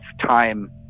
time